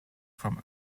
from